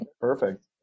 Perfect